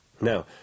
Now